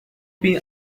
been